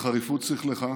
לחריפות שכלך,